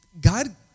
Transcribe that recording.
God